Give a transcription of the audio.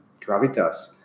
gravitas